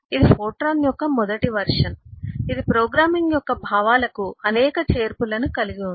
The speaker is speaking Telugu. ఇది ఫోర్ట్రాన్ యొక్క మొదటి వెర్షన్ ఇది ప్రోగ్రామింగ్ యొక్క భావాలకు అనేక చేర్పులను కలిగి ఉంది